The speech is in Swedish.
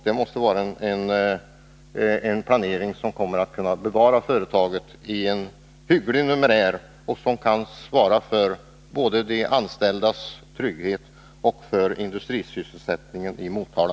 Den planeringen skall syfta till att bevara företaget i en hygglig omfattning, så att det kan svara för både de anställdas trygghet och en stor del av industrisysselsättningen i Motala.